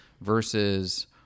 versus